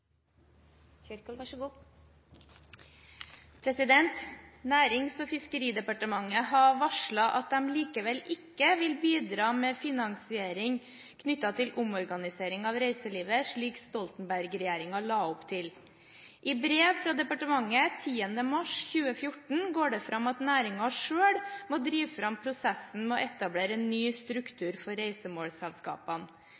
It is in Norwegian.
Kjerkol. «Nærings- og fiskeridepartementet har varsla at dei likevel ikkje vil bidra med finansiering knytt til omorganisering av reiselivet, slik Stoltenberg-regjeringa la opp til. I brev frå departementet 10. mars 2014 går det fram at næringa sjølve må driva fram prosessen med å etablera ein ny